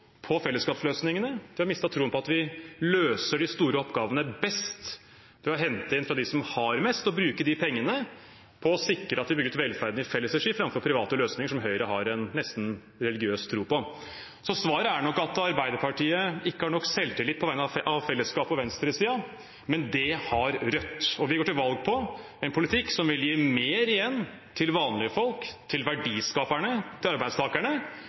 på fellesskapsløsningene, de har mistet troen på at vi løser de store oppgavene best ved å hente inn fra dem som har mest, og bruke de pengene på å sikre at vi bygger ut velferden i felles regi, framfor gjennom private løsninger, som Høyre har en nesten religiøs tro på. Svaret er nok at Arbeiderpartiet ikke har nok selvtillit på vegne av fellesskapet og venstresiden, men det har Rødt. Vi går til valg på en politikk som vil gi mer igjen til vanlige folk, til verdiskaperne – arbeidstakerne